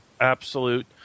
absolute